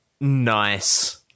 nice